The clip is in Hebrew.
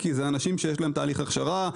כי אלה אנשים שיש להם תהליך הכשרה,